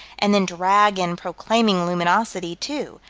and then drag in proclaiming luminosity, too,